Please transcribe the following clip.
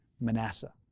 Manasseh